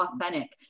authentic